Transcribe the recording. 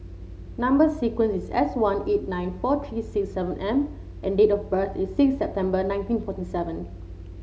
number sequence is S one eight nine four three six seven M and date of birth is six September nineteen forty seven